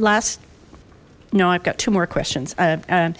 last no i've got two more questions and